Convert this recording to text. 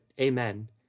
amen